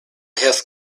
have